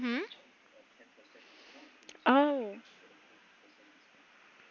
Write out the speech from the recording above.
hmm oh